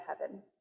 heaven